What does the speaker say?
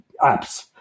apps